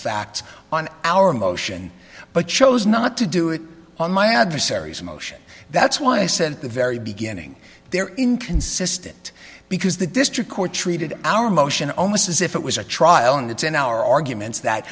facts on our motion but chose not to do it on my adversaries motion that's why i said at the very beginning they're inconsistent because the district court treated our motion almost as if it was a trial and it's in our arguments that